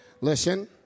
Listen